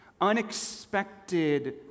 Unexpected